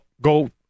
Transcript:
go